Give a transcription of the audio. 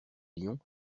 lions